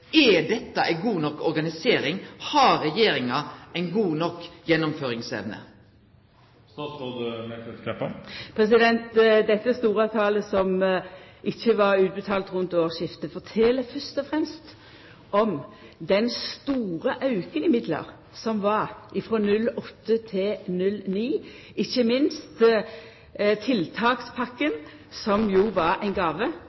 Er dette ei god nok organisering? Har regjeringa ei god nok gjennomføringsevne? Dette store talet som ikkje var utbetalt rundt årsskiftet, fortel fyrst og fremst om den store auken i midlar som var frå 2008 til 2009, ikkje minst